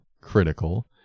critical